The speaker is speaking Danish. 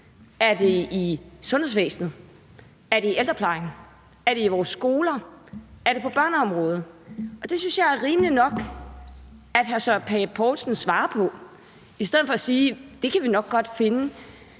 er det i sundhedsvæsenet, er det i ældreplejen, er det på vores skoler, er det på børneområdet? Og det synes jeg er rimeligt nok at hr. Søren Pape Poulsen svarer på i stedet for at sige: Dem kan vi nok godt finde.